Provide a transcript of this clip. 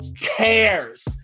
cares